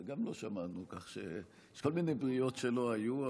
גם על זה לא שמענו כך שיש כל מיני בריאות שלא היו,